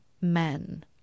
men